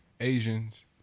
Asians